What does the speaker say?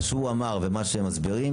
מה שהוא אמר ומה שמסבירים,